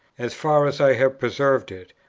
as far as i have preserved it,